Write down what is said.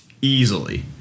easily